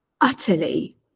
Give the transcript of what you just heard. utterly